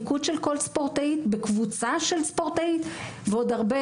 ייצוג קבוצות של נשים